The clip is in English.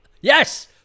Yes